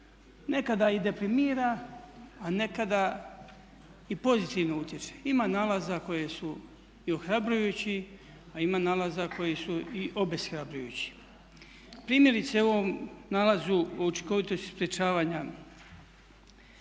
Nekada i deprimira a nekada i pozitivno utječe. Ima nalaza koji su i ohrabrujući, a ima nalaza koji su i obeshrabrujući. Primjerice u ovom nalazu o učinkovitosti sprječavanja